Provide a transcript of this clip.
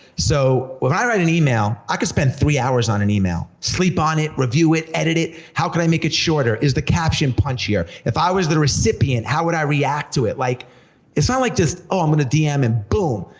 so when i write an email, i could spend three hours on an email. sleep on it, review it, edit it, how could i make it shorter, is the caption punchier? if i was recipient, how would i react to it? like it's not like just, oh, i'm gonna dm, and boom.